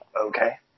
Okay